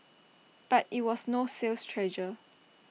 but IT was no sales treasure